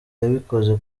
yabikoze